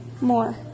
more